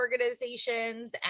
organizations